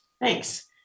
Thanks